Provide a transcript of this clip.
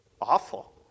awful